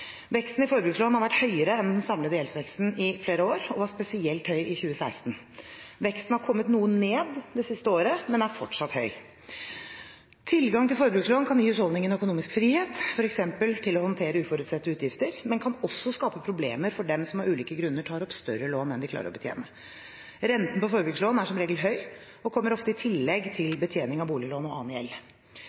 Veksten i forbrukslån har vært høyere enn den samlede gjeldsveksten i flere år og var spesielt høy i 2016. Veksten har kommet noe ned det siste året, men er fortsatt høy. Tilgang til forbrukslån kan gi husholdningene økonomisk frihet, f.eks. til å håndtere uforutsette utgifter, men kan også skape problemer for dem som av ulike grunner tar opp større lån enn de klarer å betjene. Renten på forbrukslån er som regel høy og kommer ofte i tillegg til betjening av boliglån og annen gjeld.